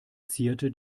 zierte